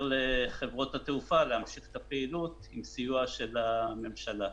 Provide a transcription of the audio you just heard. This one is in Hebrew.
לחברות התעופה להמשיך את הפעילות עם סיוע של הממשלה.